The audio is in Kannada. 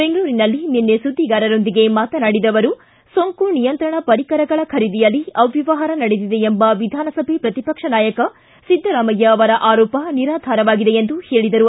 ಬೆಂಗಳೂರಿನಲ್ಲಿ ನಿನ್ನೆ ಸುದ್ದಿಗಾರರೊಂದಿಗೆ ಮಾತನಾಡಿದ ಅವರು ಸೋಂಕು ನಿಯಂತ್ರಣ ಪರಿಕರಗಳ ಖರೀದಿಯಲ್ಲಿ ಅವ್ಯವಹಾರ ನಡೆದಿದೆ ಎಂಬ ವಿಧಾನಸಭೆ ಪ್ರತಿಪಕ್ಷ ನಾಯಕ ಸಿದ್ದರಾಮಯ್ಯ ಅವರ ಆರೋಪ ನಿರಾಧಾರವಾಗಿದೆ ಎಂದು ಹೇಳಿದರು